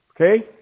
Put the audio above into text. Okay